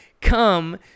come